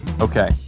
Okay